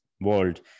world